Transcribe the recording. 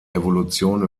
evolution